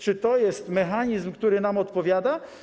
Czy to jest mechanizm, który nam odpowiada?